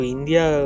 India